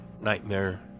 Nightmare